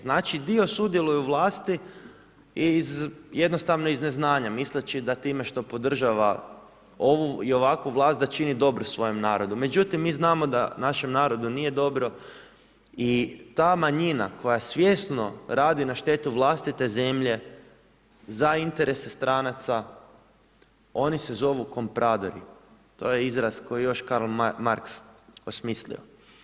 Znači dio sudjeluje u vlasti iz jednostavno iz neznanja, misleći da time, što podržava, ovu i ovakvu vlast da čini dobro svojem narodu, međutim, mi znamo da našem narodu nije dobro i ta manjina koja svjesno radi na štetu vlastite zemlje za interese stranaca, oni se zovu Kompradori, to je izraz koji još Carl Marks osmislio.